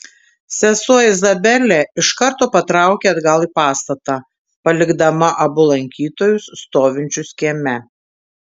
sesuo izabelė iš karto patraukė atgal į pastatą palikdama abu lankytojus stovinčius kieme